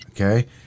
Okay